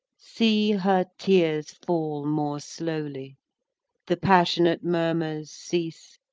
see, her tears fall more slowly the passionate murmurs cease,